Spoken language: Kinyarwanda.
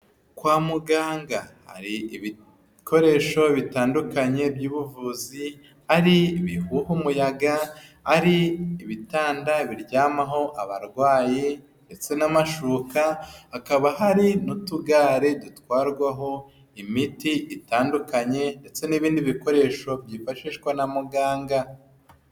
Kwa muganga, hari ibikoresho bitandukanye by'ubuvuzi, ari umuyaga, ari ibitanda biryamaho abarwayi ndetse n'amashuri, kakaba hari n'utugare dutwarwaho imiti itandukanye, ndetse n'ibindi bikoresho byifashishwa na muganga.